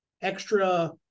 extra